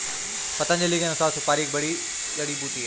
पतंजलि के अनुसार, सुपारी एक जड़ी बूटी है